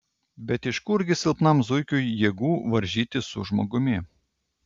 bet iš kurgi silpnam zuikiui jėgų varžytis su žmogumi